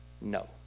no